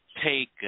Take